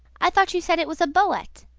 i thought you said it was a bo-at.